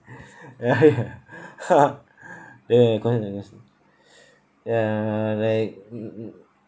ya ya ya ya cause ya like mm